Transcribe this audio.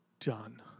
done